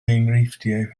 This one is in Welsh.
enghreifftiau